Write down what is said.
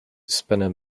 spinner